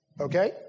okay